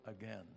again